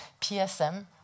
PSM